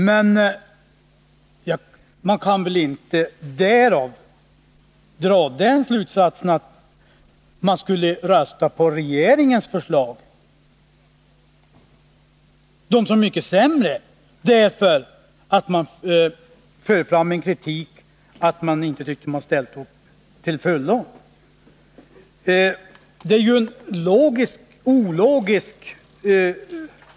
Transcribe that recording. Men man kan inte dra den slutsatsen att man bör rösta på regeringens förslag, som är mycket sämre, därför att det framförts en kritik mot att andra inte ställt upp för vårt förslag till fullo.